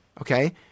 okay